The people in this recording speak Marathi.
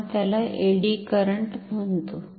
आपण त्याला एडी करंट म्हणतो